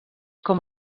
com